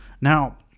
Now